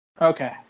Okay